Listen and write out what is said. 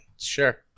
Sure